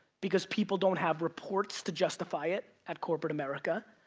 because people don't have reports to justify it at corporate america?